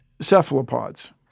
cephalopods